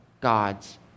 God's